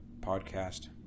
podcast